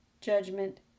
judgment